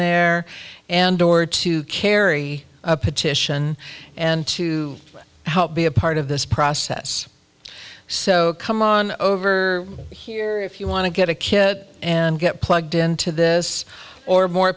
there and or to carry a petition and to help be a part of this process so come on over here if you want to get a kid and get plugged into this or more